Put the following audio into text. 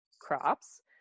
crops